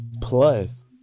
plus